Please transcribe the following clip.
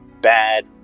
bad